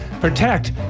protect